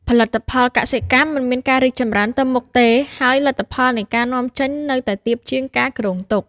ផលិតផលកសិកម្មមិនមានការរីកចម្រើនទៅមុខទេ ហើយលទ្ធភាពនៃការនាំចេញនៅតែទាបជាងការគ្រោងទុក។